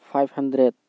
five hundred